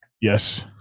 Yes